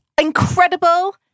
incredible